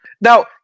Now